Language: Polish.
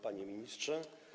Panie Ministrze!